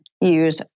use